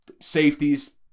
safeties